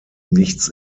nichts